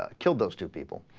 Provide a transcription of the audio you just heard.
ah killed those two people